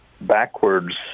backwards